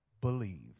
believe